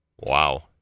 Wow